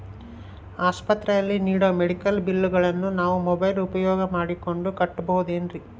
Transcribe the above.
ಆಸ್ಪತ್ರೆಯಲ್ಲಿ ನೇಡೋ ಮೆಡಿಕಲ್ ಬಿಲ್ಲುಗಳನ್ನು ನಾವು ಮೋಬ್ಯೆಲ್ ಉಪಯೋಗ ಮಾಡಿಕೊಂಡು ಕಟ್ಟಬಹುದೇನ್ರಿ?